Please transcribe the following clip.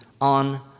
on